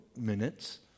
minutes